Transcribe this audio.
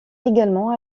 également